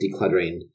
decluttering